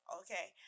okay